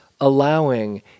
allowing